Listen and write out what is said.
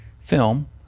film